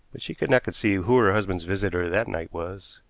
but she could not conceive who her husband's visitor that night was.